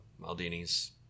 Maldini's